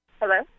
Hello